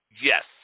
Yes